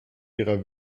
ihrer